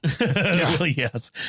Yes